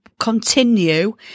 continue